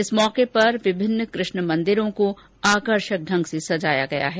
इस अवसर पर विभिन्न कृष्ण मंदिरों को आकर्षक ढंग से सजाया गया है